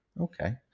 okay